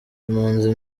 impunzi